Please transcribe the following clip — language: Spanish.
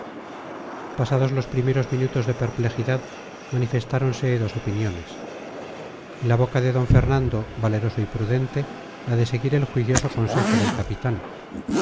pasados los primeros minutos de perplejidad manifestáronse dos opiniones en la boca de d fernando valeroso y prudente la de seguir el juicioso consejo del capitán